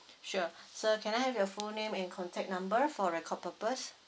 sure sir can I have your full name and contact number for record purpose